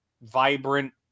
vibrant